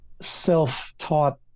self-taught